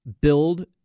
build